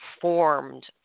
formed